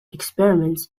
experiments